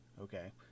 okay